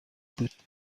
بود